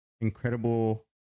Incredible